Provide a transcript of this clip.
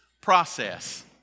process